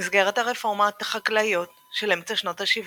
במסגרת הרפורמות החקלאיות של אמצע שנות השבעים,